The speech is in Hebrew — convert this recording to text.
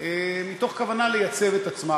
מתוך כוונה לייצב את עצמה,